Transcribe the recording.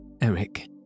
Eric